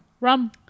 Rum